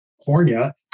california